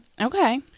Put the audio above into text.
Okay